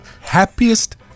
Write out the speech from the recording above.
happiest